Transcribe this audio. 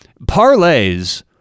Parlays